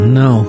no